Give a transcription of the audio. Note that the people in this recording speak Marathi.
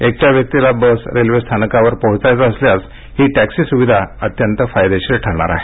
एकट्या व्यक्तीला बस रेल्वे स्टेशनवर पोहोचायचं असल्यास ही टॅक्सी सुविधा अत्यंत फायदेशीर ठरेल